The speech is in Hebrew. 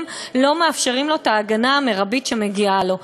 לא מאפשרים לו את ההגנה המרבית שמגיעה לו.